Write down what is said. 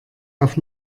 auf